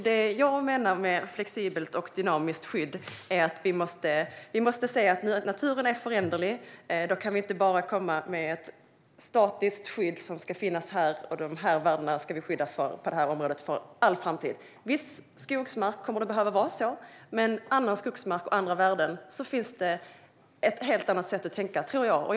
Det jag menar med flexibelt och dynamiskt skydd är att vi måste se att naturen är föränderlig, och då kan vi inte komma med ett statiskt skydd av värden på vissa områden för all framtid. För viss skogsmark kommer det att behöva vara så, men jag tror att det finns ett helt annat sätt att tänka när det gäller annan skogsmark och andra värden.